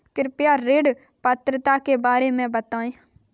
कृपया ऋण पात्रता के बारे में बताएँ?